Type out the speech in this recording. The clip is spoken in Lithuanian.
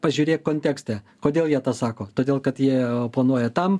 pažiūrėk kontekste kodėl jie tą sako todėl kad jie oponuoja tam